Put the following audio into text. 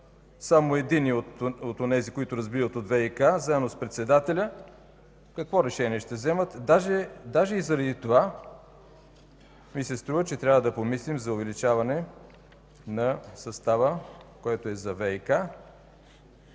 само единият от онези, които разбират от ВиК, заедно с председателя, какво решение ще вземат? Даже заради това ми се струва, че трябва да помислим за увеличаване на състава, който е за ВиК